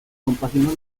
compaginó